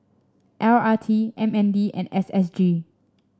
L R T M N D and S S G